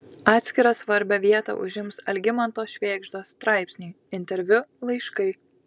atskirą svarbią vietą užims algimanto švėgždos straipsniai interviu laiškai